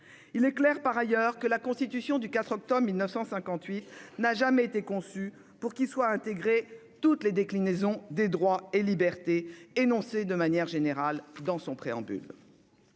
Il est clair, par ailleurs, que la Constitution du 4 octobre 1958 n'a jamais été conçue pour qu'y soient intégrées toutes les déclinaisons des droits et libertés énoncés de manière générale dans son préambule.